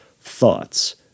thoughts